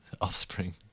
Offspring